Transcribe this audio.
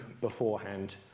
beforehand